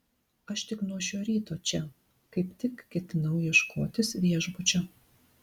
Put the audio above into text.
aš tik nuo šio ryto čia kaip tik ketinau ieškotis viešbučio